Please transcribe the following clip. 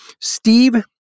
Steve